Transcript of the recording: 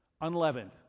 Unleavened